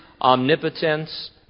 omnipotence